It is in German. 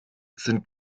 sind